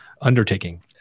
undertaking